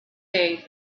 day